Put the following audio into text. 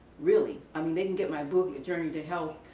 really. i mean they can get my book, journey to health,